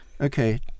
Okay